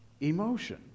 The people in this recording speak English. emotion